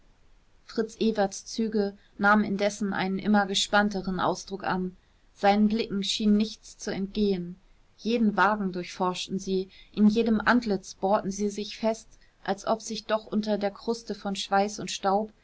fritz ewerts züge nahmen indessen einen immer gespannteren ausdruck an seinen blicken schien nichts zu entgehen jeden wagen durchforschten sie in jedem antlitz bohrten sie sich fest als ob sich doch unter der kruste von schweiß und staub